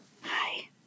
Hi